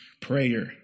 prayer